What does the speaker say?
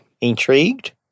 Intrigued